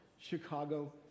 Chicago